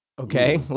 Okay